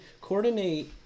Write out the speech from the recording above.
coordinate